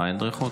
אין דריכות?